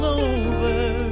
over